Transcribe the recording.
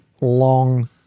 long